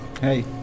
Hey